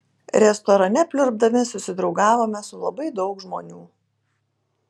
restorane pliurpdami susidraugavome su labai daug žmonių